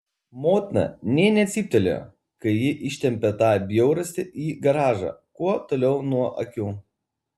motina nė necyptelėjo kai ji ištempė tą bjaurastį į garažą kuo toliau nuo akių